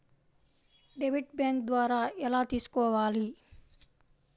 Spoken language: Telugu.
డెబిట్ బ్యాంకు ద్వారా ఎలా తీసుకోవాలి?